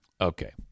okay